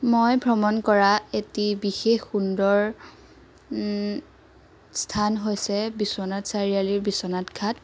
মই ভ্ৰমণ কৰা এটি বিশেষ সুন্দৰ স্থান হৈছে বিশ্বনাথ চাৰিআলিৰ বিশ্বনাথ ঘাট